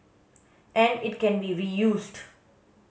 and it can be reused